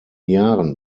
jahren